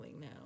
now